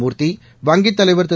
மூர்த்தி வங்கித் தலைவர் திரு